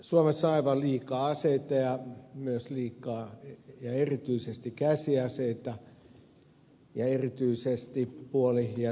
suomessa on aivan liikaa aseita ja erityisesti käsiaseita ja erityisesti puoli ja täysautomaattisia käsiaseita